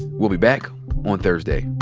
we'll be back on thursday